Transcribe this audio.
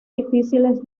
difíciles